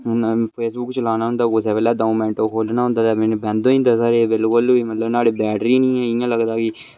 हून फेसबुक चलाना होंदा कुसै लै दौं मिंट खोह्ल्लना होंदा ते बंद होई जंदा एह् बिल्कुल बी न्हाड़ी बैटरी निं ऐ इं'या लगदा के